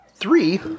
Three